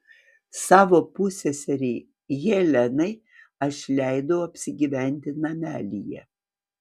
savo pusseserei helenai aš leidau apsigyventi namelyje